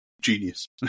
genius